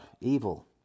evil